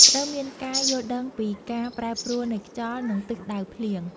ត្រូវមានការយល់ដឹងពីការប្រែប្រួលនៃខ្យល់ និងទិសដៅភ្លៀង។